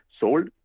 sold